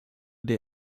der